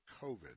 COVID